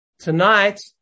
Tonight